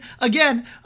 again